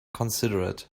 considerate